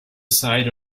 site